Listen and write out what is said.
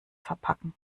verpacken